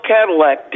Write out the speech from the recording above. Cadillac